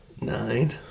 Nine